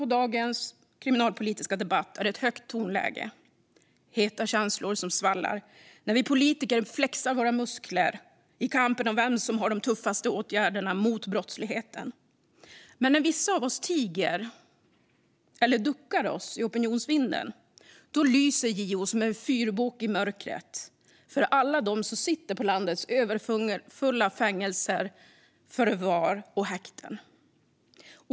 I dagens kriminalpolitiska debatt är det ett högt tonläge, och heta känslor svallar när vi politiker flexar våra muskler i kampen om vem som har de tuffaste åtgärderna mot brottsligheten. Men när vissa av oss tiger eller duckar i opinionsvinden lyser JO som en fyrbåk i mörkret för alla dem som sitter i landets överfulla fängelser, förvar och häkten.